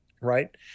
Right